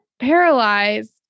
paralyzed